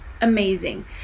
amazing